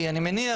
אני מניח